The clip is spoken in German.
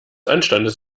anstandes